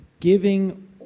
Giving